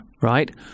right